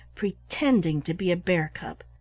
pretending to be a bear cub.